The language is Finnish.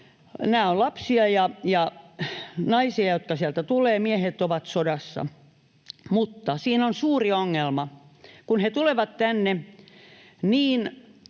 nämä on lapsia ja naisia, jotka sieltä tulevat, miehet ovat sodassa. Mutta siinä on suuri ongelma: kun he tulevat tänne, niin